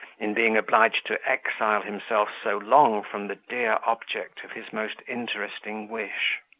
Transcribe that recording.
in being obliged to exile himself so long from the dear object of his most interesting wish.